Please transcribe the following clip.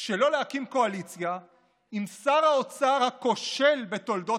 שלא להקים קואליציה עם שר האוצר הכושל בתולדות